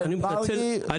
אני